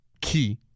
key